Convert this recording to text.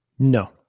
No